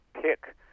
pick